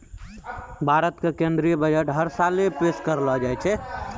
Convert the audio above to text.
भारत के केन्द्रीय बजट हर साले पेश करलो जाय छै